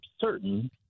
certain